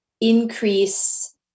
increase